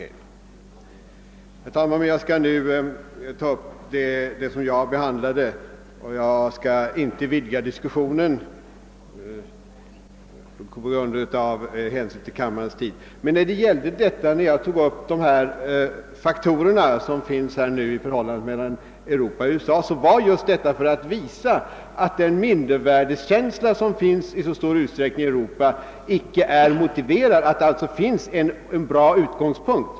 Herr talman! Jag skall nu bara replikera på de punkter som jag behandlade i mitt tidigare anförande — jag skall inte vidga diskussionen av hänsyn till den pressade tiden för kammarens ledamöter. Jag tog upp vissa faktorer beträffande förhållandena i Europa och i USA just för att visa att den mindervärdeskänsla som vi i så stor utsträckning har i Europa icke är motiverad, utan att vi har ett bra utgångsläge.